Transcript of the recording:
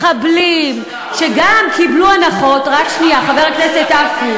מחבלים, מה רוצח ראש הממשלה עושה?